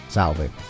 Salve